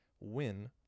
win